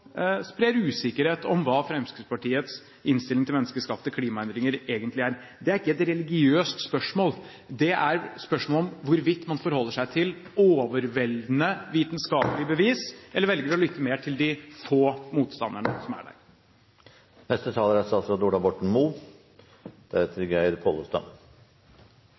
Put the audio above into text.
usikkerhet om hva Fremskrittspartiets innstilling til menneskeskapte klimaendringer egentlig er. Det er ikke et religiøst spørsmål, det er spørsmål om hvorvidt man forholder seg til overveldende vitenskapelige bevis eller velger å lytte mer til de få motstanderne som er